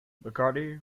bacardi